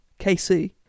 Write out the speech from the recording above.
KC